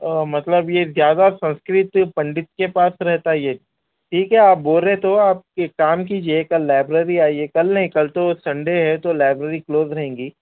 مطلب یہ زیادہ سنسکرت پنڈت کے پاس رہتا یہ ٹھیک ہے آپ بول رہے تو آپ ایک کام کیجیے کل لائبریری آئیے کل نہیں کل تو سنڈے ہے تو لائبریری کلوز رہیں گی